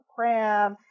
Cram